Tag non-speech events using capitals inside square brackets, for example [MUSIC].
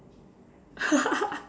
[LAUGHS]